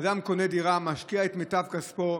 אדם קונה דירה, משקיע את מיטב כספו,